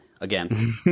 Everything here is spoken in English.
again